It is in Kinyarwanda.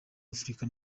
afurika